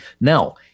Now